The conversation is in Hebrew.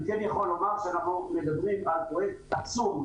אני כן יכול לומר שאנחנו מדברים על פרויקט עצום,